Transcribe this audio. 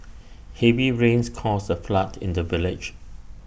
heavy rains caused A flood in the village